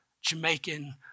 Jamaican